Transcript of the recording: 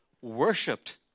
worshipped